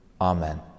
Amen